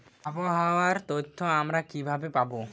আবহাওয়ার তথ্য আমরা কিভাবে পাব?